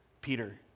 Peter